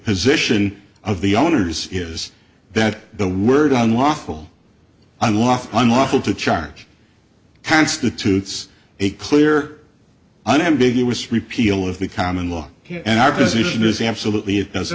position of the owners is that the word on lawful unlawful unlawful to charge constitutes a clear unambiguous repeal of the common law here in our position is absolutely it doesn't